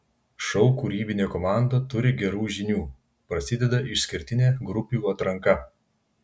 šou kūrybinė komanda turi gerų žinių prasideda išskirtinė grupių atranka